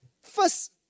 first